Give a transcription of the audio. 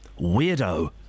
weirdo